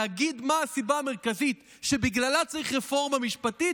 להגיד מה הסיבה המרכזית שבגללה צריך רפורמה משפטית,